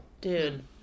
Dude